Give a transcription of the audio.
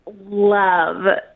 love